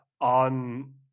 on